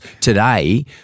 today